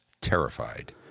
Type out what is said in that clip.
terrified